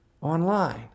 online